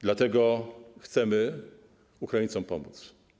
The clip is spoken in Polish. Dlatego chcemy Ukraińcom pomóc.